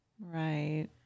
right